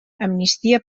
amnistia